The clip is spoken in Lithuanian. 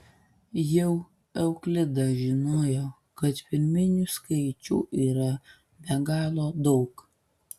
jau euklidas žinojo kad pirminių skaičių yra be galo daug